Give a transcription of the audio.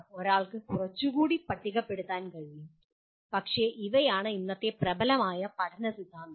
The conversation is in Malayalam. ഒരാൾക്ക് കുറച്ചുകൂടി പട്ടികപ്പെടുത്താൻ കഴിയും പക്ഷേ ഇവയാണ് ഇന്നത്തെ പ്രബലമായ പഠന സിദ്ധാന്തങ്ങൾ